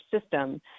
system